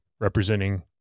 representing